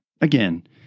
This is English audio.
Again